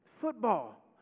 Football